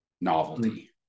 novelty